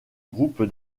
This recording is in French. groupe